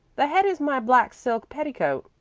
the head is my black silk petticoat.